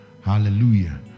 Hallelujah